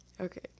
Okay